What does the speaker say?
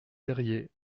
terriers